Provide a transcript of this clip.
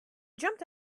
jumped